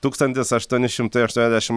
tūkstantis aštuoni šimtai aštuoniasdešim